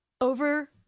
over